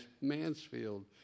Mansfield